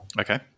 Okay